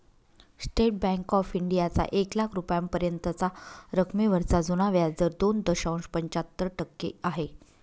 state bank of इंडियाचा एक लाख रुपयांपर्यंतच्या रकमेवरचा जुना व्याजदर दोन दशांश पंच्याहत्तर टक्के आहे